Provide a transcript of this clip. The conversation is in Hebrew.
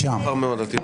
הצבעה לא אושרו.